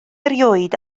erioed